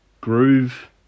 groove